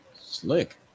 slick